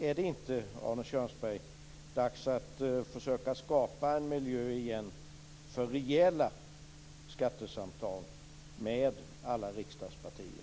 Är det inte dags, Arne Kjörnsberg, att försöka skapa en miljö igen för rejäla skattesamtal med alla riksdagspartier?